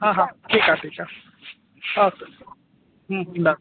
हा हा ठीकु आहे ठीकु आहे ओके हूं डन